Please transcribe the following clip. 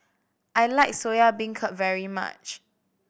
I like Soya Beancurd very much